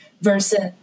versus